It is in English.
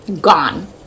gone